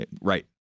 Right